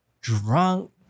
drunk